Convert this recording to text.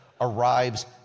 arrives